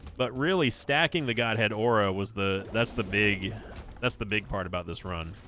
but really stacking the godhead aura was the that's the big that's the big part about this run